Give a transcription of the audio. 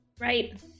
right